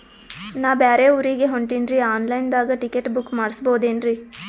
ನಾ ಬ್ಯಾರೆ ಊರಿಗೆ ಹೊಂಟಿನ್ರಿ ಆನ್ ಲೈನ್ ದಾಗ ಟಿಕೆಟ ಬುಕ್ಕ ಮಾಡಸ್ಬೋದೇನ್ರಿ?